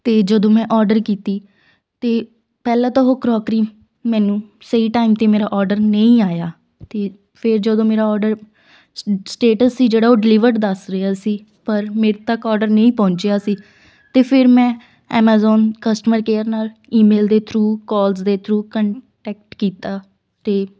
ਅਤੇ ਜਦੋਂ ਮੈਂ ਔਡਰ ਕੀਤੀ ਅਤੇ ਪਹਿਲਾਂ ਤਾਂ ਉਹ ਕਰੋਕਰੀ ਮੈਨੂੰ ਸਹੀ ਟਾਈਮ 'ਤੇ ਮੇਰਾ ਔਡਰ ਨਹੀਂ ਆਇਆ ਅਤੇ ਫਿਰ ਜਦੋਂ ਮੇਰਾ ਔਡਰ ਸ ਸਟੇਟਸ ਸੀ ਜਿਹੜਾ ਉਹ ਡਿਲੀਵਰਡ ਦੱਸ ਰਿਹਾ ਸੀ ਪਰ ਮੇਰੇ ਤੱਕ ਔਡਰ ਨਹੀਂ ਪਹੁੰਚਿਆ ਸੀ ਅਤੇ ਫਿਰ ਮੈਂ ਐਮਾਜ਼ੋਨ ਕਸਟਮਰ ਕੇਅਰ ਨਾਲ ਈਮੇਲ ਦੇ ਥਰੂ ਕੋਲਸ ਦੇ ਥਰੂ ਕੰਟੈਕਟ ਕੀਤਾ ਅਤੇ